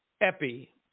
epi